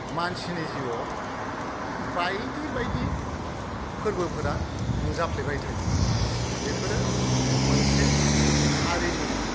मानसिनि जिउआव बायदि बायदि फोरबोफोरा नुजाफ्लेबाय थायो बेफोरो मोनसे हारिनि